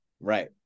Right